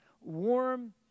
warm